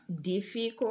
Difficult